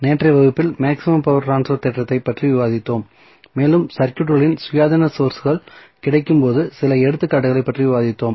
நேற்றைய வகுப்பில் maximum power transfer தேற்றத்தைப் பற்றி விவாதித்தோம் மேலும் சர்க்யூட்களில் சுயாதீன சோர்ஸ்கள் கிடைக்கும்போது சில எடுத்துக்காட்டுகளைப் பற்றி விவாதித்தோம்